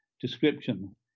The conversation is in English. description